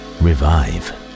revive